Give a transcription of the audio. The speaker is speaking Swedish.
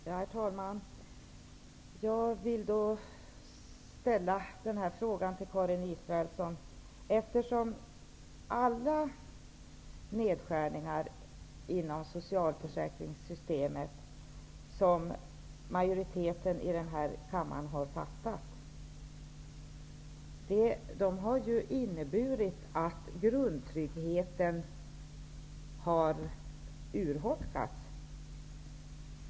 Herr talman! Jag vill ställa en fråga till Karin Israelsson. Alla nedskärningar inom socialförsäkringssystemet som majoriteten i denna kammare har fattat beslut om har inneburit att grundtryggheten har urholkats.